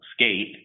skate